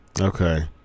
okay